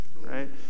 right